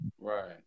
Right